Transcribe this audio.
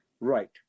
right